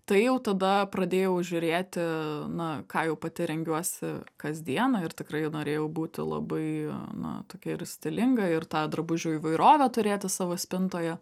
tai jau tada pradėjau žiūrėti na ką jau pati rengiuosi kasdieną ir tikrai norėjau būti labai na tokia ir stilinga ir tą drabužių įvairovę turėti savo spintoje